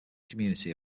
community